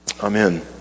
Amen